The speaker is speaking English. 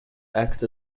act